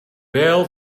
bail